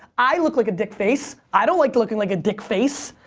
i looked like a dickface. i don't like looking like a dickface.